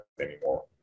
anymore